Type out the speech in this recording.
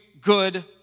good